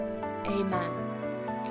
amen